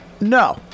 no